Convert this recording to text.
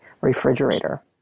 refrigerator